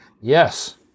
yes